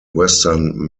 western